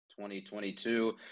2022